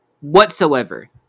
Whatsoever